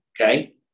okay